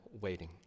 waiting